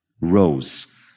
ROSE